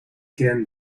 president